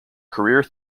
career